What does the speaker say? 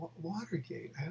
Watergate